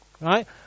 right